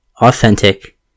authentic